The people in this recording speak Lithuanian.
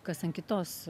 kas ant kitos